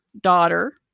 daughter